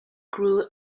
grew